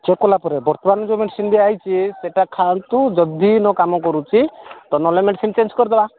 check କଲା ପରେ ବର୍ତ୍ତମାନ ଯେଉଁ ମେଡ଼ିସିନ୍ ବି ଆସିଛି ସେଇଟା ଖାଆନ୍ତୁ ଯଦି ନ କାମ କରୁଛି ତ ନହେଲେ ମେଡ଼ିସିନ୍ ଚେଞ୍ଜ କରିଦବା